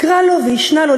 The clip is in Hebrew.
הקרא לו והשנה לו,